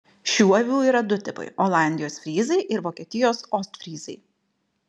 šių avių yra du tipai olandijos fryzai ir vokietijos ostfryzai